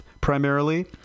primarily